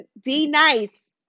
D-Nice